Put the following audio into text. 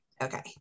Okay